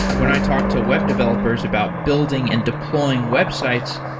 when i talk to web developers about building and deploying websites,